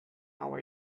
hour